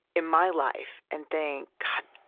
in my life and think, god,